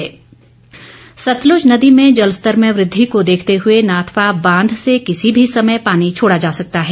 चेतावनी सतलुज नदी में जलस्तर में वृद्वि को देखते हए नाथपा बांध से किसी भी समय पानी छोड़ा जा सकता है